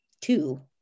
two